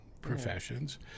professions